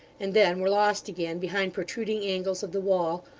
and then were lost again, behind protruding angles of the wall,